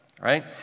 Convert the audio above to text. Right